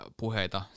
puheita